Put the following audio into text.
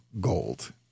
gold